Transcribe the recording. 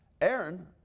Aaron